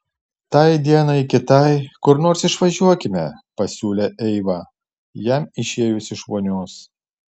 tai dienai kitai kur nors išvažiuokime pasiūlė eiva jam išėjus iš vonios